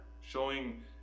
showing